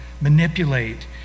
manipulate